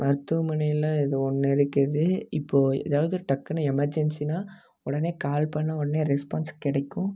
மருத்துவமனையில் இது ஓன்று இருக்குது இப்போ எதாவது ஒரு டக்குன்னு எமெர்ஜென்ஸின்னா உடனே கால் பண்ணா உடனே ரெஸ்பான்ஸ் கிடைக்கும்